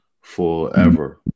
forever